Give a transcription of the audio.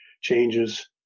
changes